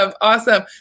awesome